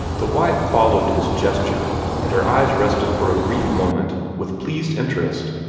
the wife followed his gesture, and her eyes rested for a brief moment, with pleased interest,